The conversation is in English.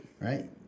Right